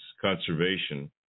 conservation